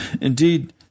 Indeed